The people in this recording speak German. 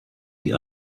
die